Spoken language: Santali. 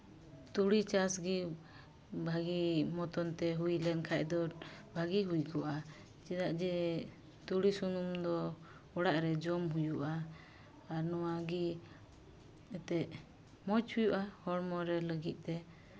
ᱛᱩᱲᱤ ᱪᱟᱥ ᱜᱮ ᱵᱷᱟᱜᱮ ᱢᱚᱛᱚᱱ ᱛᱮ ᱦᱩᱭ ᱞᱮᱱᱠᱷᱟᱡ ᱫᱚ ᱵᱷᱟᱹᱜᱤ ᱦᱩᱭ ᱠᱚᱜᱼᱟ ᱪᱮᱫᱟᱜ ᱡᱮ ᱛᱩᱲᱤ ᱥᱩᱱᱩᱢ ᱫᱚ ᱚᱲᱟᱜ ᱨᱮ ᱡᱚᱢ ᱦᱩᱭᱩᱜᱼᱟ ᱟᱨ ᱱᱚᱣᱟᱜᱮ ᱡᱟᱛᱮ ᱢᱚᱡᱽ ᱦᱩᱭᱩᱜᱼᱟ ᱦᱚᱲᱢᱚᱨᱮ ᱞᱟᱹᱜᱤᱫ ᱛᱮ